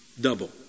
double